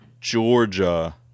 Georgia